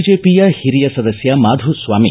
ಬಿಜೆಪಿಯ ಹಿರಿಯ ಸದಸ್ಯ ಮಾಧುಸ್ವಾಮಿ